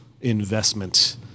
investment